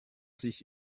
sich